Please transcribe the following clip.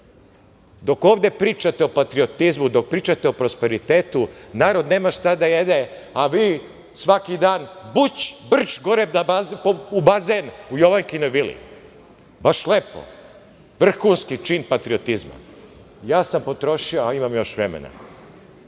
Dok ovde pričate o patriotizmu, dok pričate o prosperitetu, narod nema šta da jede, a vi svaki dan buć, brć, gore u bazen u Jovankinoj vili. Baš lepo. Vrhunski čin patriotizma. Ja sam potrošio, a imam još vremena.